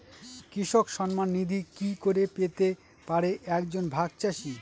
কৃষক সন্মান নিধি কি করে পেতে পারে এক জন ভাগ চাষি?